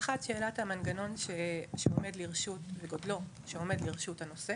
האחת שאלת המנגנון וגודלו שעומד לראשות הנושא